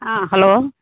hello